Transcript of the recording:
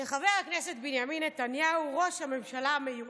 לחבר הכנסת בנימין נתניהו, ראש הממשלה המיועד.